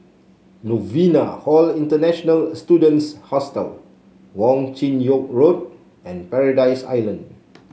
Novena Hall International Students Hostel Wong Chin Yoke Road and Paradise Island